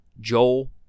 Joel